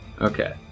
Okay